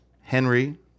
Henry